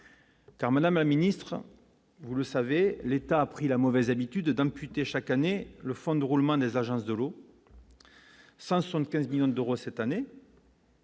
car madame la ministre, vous le savez, l'État a pris la mauvaise habitude d'imputer chaque année, le fonds de roulement des agences de l'eau, ça 75 millions d'euros cette année.